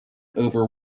over